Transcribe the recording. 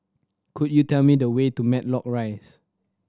could you tell me the way to Matlock Rise